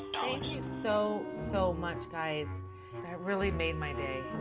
thank you so, so much, guys. that really made my day.